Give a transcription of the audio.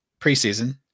preseason